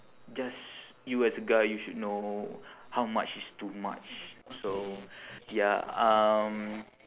just you as a guy you should know how much is too much so ya um